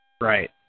Right